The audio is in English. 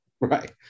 Right